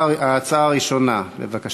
עבירה